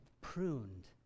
pruned